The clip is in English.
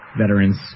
veterans